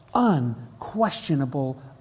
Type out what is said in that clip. unquestionable